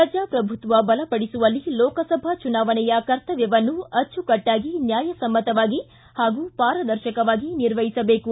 ಪ್ರಜಾಪ್ರಭುತ್ವ ಬಲಪಡಿಸುವಲ್ಲಿ ಲೋಕಸಭಾ ಚುನಾವಣೆಯ ಕರ್ತವ್ವವನ್ನು ಅಚ್ಚುಕಟ್ಟಾಗಿ ನ್ಣಾಯಸಮ್ಮತವಾಗಿ ಹಾಗೂ ಪಾರದರ್ಶಕವಾಗಿ ನಿರ್ವಹಿಸಬೇಕು